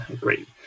Great